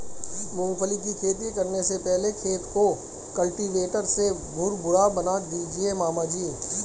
मूंगफली की खेती करने से पहले खेत को कल्टीवेटर से भुरभुरा बना दीजिए मामा जी